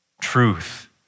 truth